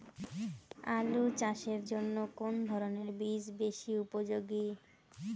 আলু চাষের জন্য কোন ধরণের বীজ বেশি উপযোগী?